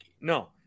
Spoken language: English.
No